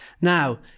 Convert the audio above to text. now